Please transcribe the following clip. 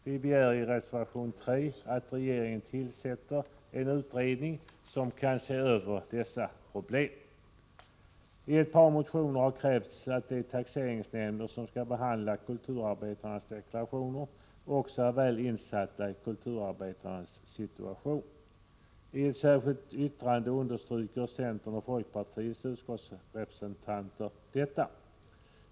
Vi begär i reservation 3 att regeringen tillsätter en utredning som kan se över dessa problem. I ett par motioner har krävts att de taxeringsnämnder som skall behandla kulturarbetarnas deklarationer också är väl insatta i kulturarbetarnas situation. I ett särskilt yttrande understryker centerns och folkpartiets utskottsrepresentanter detta.